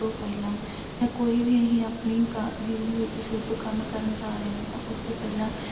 ਤੋਂ ਪਹਿਲਾਂ ਜਾਂ ਕੋਈ ਵੀ ਅਸੀਂ ਆਪਣੀ ਕਾ ਜੀਵਨ ਵਿੱਚ ਸ਼ੁੱਭ ਕੰਮ ਕਰਨ ਜਾ ਰਹੇ ਹਾਂ ਤਾਂ ਉਸ ਤੋਂ ਪਹਿਲਾਂ